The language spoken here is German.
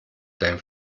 dein